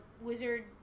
wizard